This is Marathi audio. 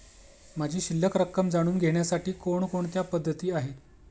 माझी शिल्लक रक्कम जाणून घेण्यासाठी कोणकोणत्या पद्धती आहेत?